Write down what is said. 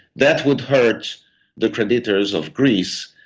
that would hurt the creditors of greece,